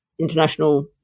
international